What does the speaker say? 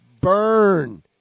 burn